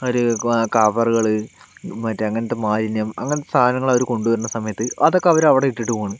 ഒര് കവറുകൾ മറ്റ് അങ്ങനത്തെ മാലിന്യം അങ്ങനത്തെ സാധനങ്ങള് അവര് കൊണ്ടുവരുന്ന സമയത്ത് അതൊക്കെ അവര് അവിടെ ഇട്ടിട്ടു പോവുകയാണ്